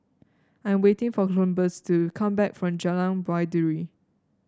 I'm waiting for Columbus to come back from Jalan Baiduri